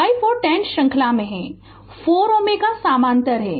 5 और 10 श्रृंखला में हैं कि 4 Ω समानांतर में है